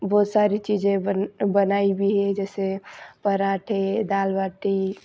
बहुत सारी चीज़ें बन बनाई भी है जैसे पराँठे दाल बाटी